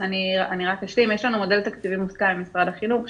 יש לנו מודל תקציבי מוסכם עם משרד החינוך שהוא,